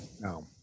no